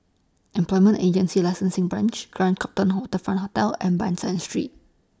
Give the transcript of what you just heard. Employment Agency Licensing Branch Grand Copthorne Waterfront Hotel and Ban San Street